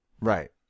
Right